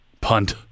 punt